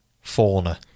fauna